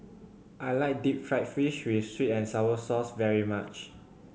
I like deep fried fish with sweet and sour sauce very much